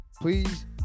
please